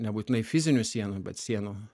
nebūtinai fizinių sienų bet sienų